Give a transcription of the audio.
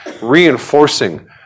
Reinforcing